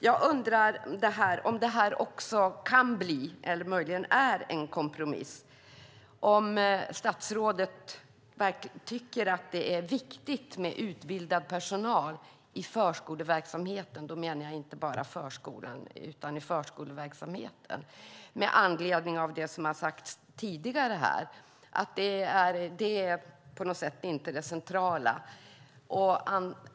Jag undrar om det här också kan bli, eller möjligen är, en kompromiss, om statsrådet tycker att det är viktigt med utbildad personal i förskoleverksamheten. Då menar jag inte bara förskolan utan förskoleverksamheten. Jag undrar med anledning av det som har sagts tidigare här, att det på något sätt inte är det centrala.